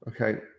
Okay